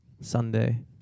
Sunday